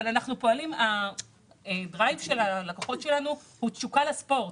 אבל הדרייב של הלקוחות שלנו הוא תשוקה לספורט